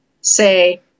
say